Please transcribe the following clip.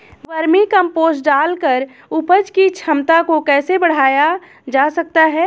Vermi compost डालकर उपज की क्षमता को कैसे बढ़ाया जा सकता है?